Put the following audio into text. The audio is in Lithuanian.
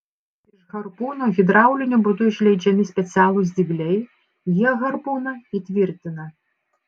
iš harpūno hidrauliniu būdu išleidžiami specialūs dygliai jie harpūną įtvirtina